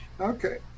Okay